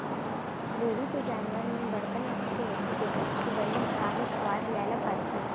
dairy के जानवर मन बड़का नसल के होथे तेकर सेती बने हिसाब ले खवाए पियाय ल परथे